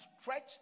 stretch